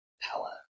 Power